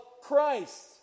Christ